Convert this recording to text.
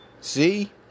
See